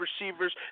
receivers